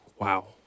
Wow